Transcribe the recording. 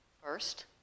first